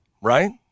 right